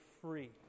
free